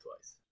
twice